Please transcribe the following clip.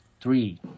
Three